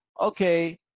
Okay